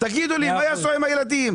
תגידו לי מה יעשו עם הילדים.